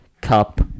Cup